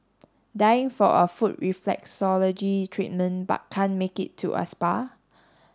dying for a foot reflexology treatment but can't make it to a spa